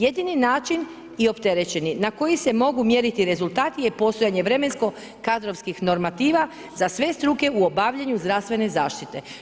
Jedini način i opterećeni na koji se mogu mjeriti rezultati je postojanje vremensko-kadrovskih normativa za sve struke u obavljanju zdravstvene zaštite.